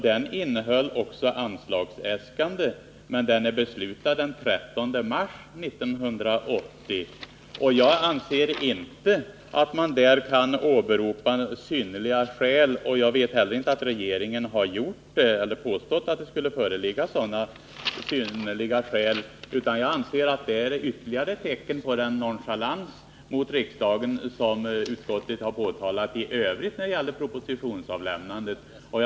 Den innehöll också anslagsäs Nr 137 kanden, men den är daterad den 13 mars 1980. Jag anser inte att man där kan åberopa synnerliga skäl, och jag vet inte heller att regeringen har gjort det eller påstått att det skulle föreligga några synnerliga skäl. Det är ytterligare ett tecken på den nonchalans mot riksdagen som utskottet har påtalat när det gäller propositionsavlämnandet i övrigt.